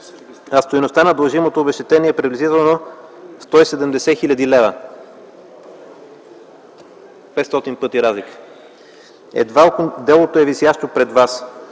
а стойността на дължимото обезщетение е приблизително 170 хил. лв. – 500 пъти разлика. Делото е висящо пред